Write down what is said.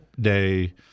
day